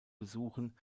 besuchen